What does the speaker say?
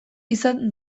izan